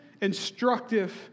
instructive